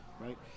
right